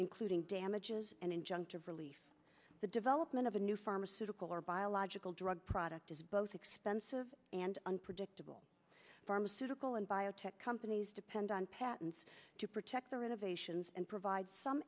including damages and injunctive relief the development of a new pharmaceutical or biological drug product is both expensive and unpredictable pharmaceutical and biotech companies depend on patents to protect their innovations and provide some